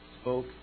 spoke